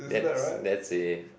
that's that's it